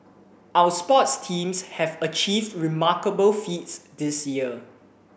our sports teams have achieved remarkable feats this year